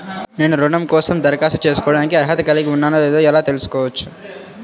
నేను రుణం కోసం దరఖాస్తు చేసుకోవడానికి అర్హత కలిగి ఉన్నానో లేదో ఎలా తెలుసుకోవచ్చు?